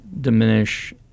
diminish